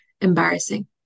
embarrassing